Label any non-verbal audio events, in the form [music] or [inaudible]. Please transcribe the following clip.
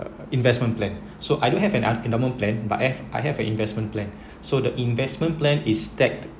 investment plan so I don't have an endowment plan but I have I have an investment plan [breath] so the investment plan is tagged